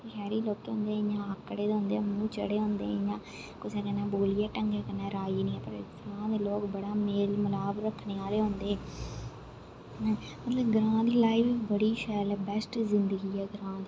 शैहरी लोक इ'यां आकड़े दे होंदे मूंह चढ़े दे होंदे इ'यां कुसै कन्नै बोल्ली ढंगै कन्नै राजी नेईं ऐ ग्रां दे लोक बड़ा मेल मलाप रक्खने आहले होंदे मतलब ग्रां दी लाइफ बड़ी शैल ऐ बैस्ट जिंदगी ऐ ग्रां दी